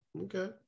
Okay